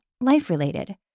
life-related